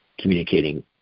communicating